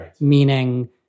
meaning